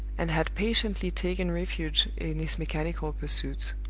and had patiently taken refuge in his mechanical pursuits.